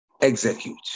execute